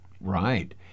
Right